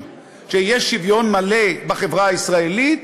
שיהיה שוויון מלא בחברה הישראלית,